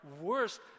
worst